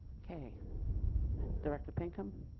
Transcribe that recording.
okay director pinkham.